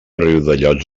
riudellots